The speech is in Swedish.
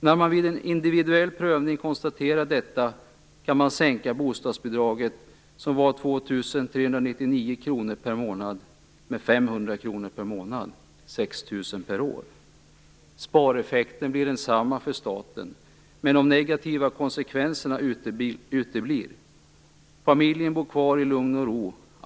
När man vid en individuell prövning konstaterar detta kan man sänka bostadsbidraget, som var 2 399 kr per månad, med 500 kr per månad - 6 000 kr per år. Spareffekten blir densamma för staten. Men de negativa konsekvenserna uteblir. Familjen bor kvar i lugn och ro.